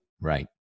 Right